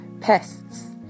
pests